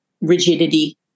rigidity